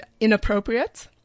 inappropriate